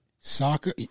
Soccer